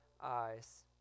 eyes